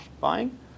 buying